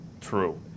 True